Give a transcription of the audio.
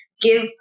give